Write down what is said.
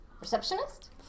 receptionist